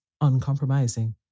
uncompromising